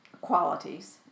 qualities